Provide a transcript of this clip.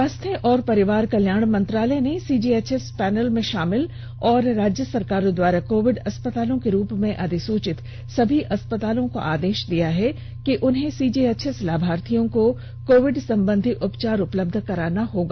स्वास्थ्य और परिवार कल्याण मंत्रालय ने सीजीएचएस पैनल में शामिल और राज्य सरकारों द्वारा कोविड अस्पतालों के रूप में अधिसूचित सभी अस्पतालों को आदेश दिया है कि उन्हें सीजीएचएस लाभार्थियों को कोविड संबंधी उपचार उपलब्ध कराना होगा